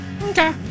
okay